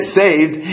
saved